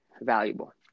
valuable